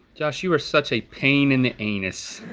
josh you are such a pain in the anus.